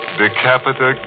decapita